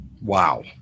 Wow